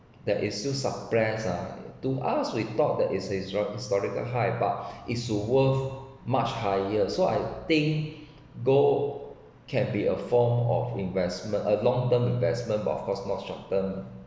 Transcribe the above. that is still suppress ah to us we thought that is a strong historical high but it should worth much higher so I think gold can be a form of investment a long term investment but of course not short term